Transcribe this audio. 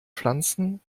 pflanzen